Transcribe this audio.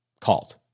called